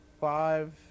five